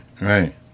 right